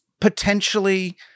potentially